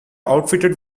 outfitted